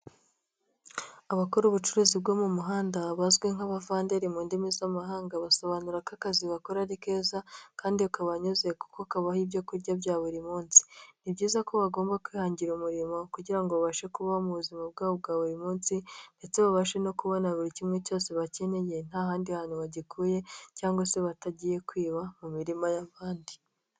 Abakora ubucuruzi bwo mu muhanda bazwi nk'abavanderi mu ndimi z'amahanga basobanura ko akazi bakora ari keza kandi kabanyuze kuko kabaha ibyo kurya bya buri munsi, ni byiza ko bagomba kwihangira umurimo kugira ngo babashe kubaho mu buzima bwabo bwa buri munsi ndetse babashe no kubona buri kimwe cyose bakeneye nta handi hantu bagikuye cyangwa se batagiye kwiba mu mirima y'abandi.